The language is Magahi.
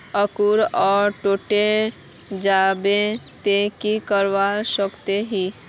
अंकूर अगर टूटे जाबे ते की करवा सकोहो ही?